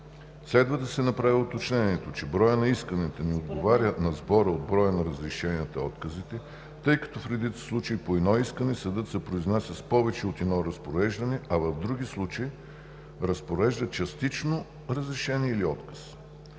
Следва да се направи уточнението, че броят на исканията не отговаря на сбора от броя на разрешенията и отказите, тъй като в редица случаи по едно искане съдът се произнася с повече от едно разпореждане, а в други – разпорежда частично разрешение или отказ.